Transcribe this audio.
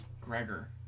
Gregor